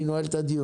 אני נועל את הדיון.